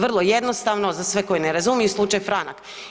Vrlo jednostavno, za sve koji ne razumiju slučaj Franak.